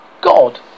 God